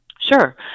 sure